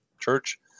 church